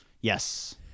Yes